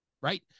right